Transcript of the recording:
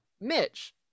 Mitch